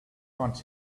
want